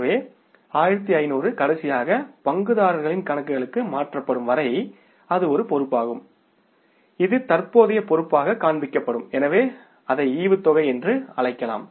எனவே 1500 கடைசியாக பங்குதாரர்களின் கணக்குகளுக்கு மாற்றப்படும் வரை அது ஒரு பொறுப்பாகும் இது தற்போதைய பொறுப்பாகக் காண்பிக்கப்படும் எனவே அதை டிவிடெண்ட் என்று அழைக்கலாம்